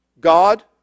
God